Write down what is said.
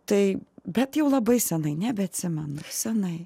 tai bet jau labai senai nebeatsimenu senai